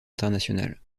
internationale